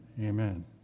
Amen